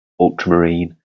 ultramarine